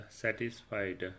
satisfied